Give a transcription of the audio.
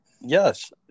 Yes